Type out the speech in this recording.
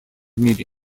мире